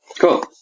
cool